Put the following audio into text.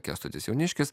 kęstutis jauniškis